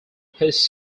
his